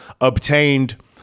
obtained